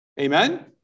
Amen